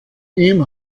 ihm